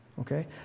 Okay